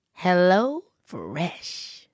HelloFresh